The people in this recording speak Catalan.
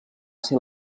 ser